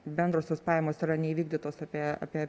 bendrosios pajamos yra neįvykdytos apie apie